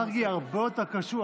מרגי הרבה יותר קשוח.